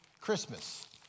Christmas